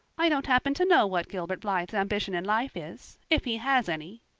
i don't happen to know what gilbert blythe's ambition in life is if he has any,